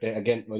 again